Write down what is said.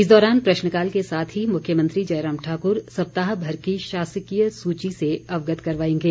इस दौरान प्रश्नकाल के साथ ही मुख्यमंत्री जयराम ठाकुर सप्ताहभर की शासकीय सूची से अवगत करवाएंगे